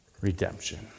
redemption